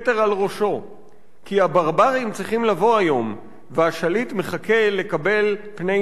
כתר על ראשו?// כי הברברים צריכים לבוא היום/ והשליט מחכה לקבל פני